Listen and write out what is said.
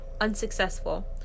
unsuccessful